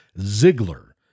Ziegler